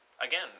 again